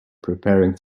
preparing